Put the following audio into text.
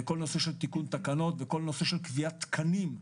כל הנושא של תיקון תקנות וקביעת תקנים.